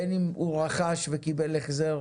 בין אם הוא רכש וקיבל החזר